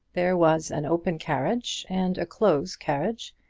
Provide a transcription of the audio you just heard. there was an open carriage and a close carriage,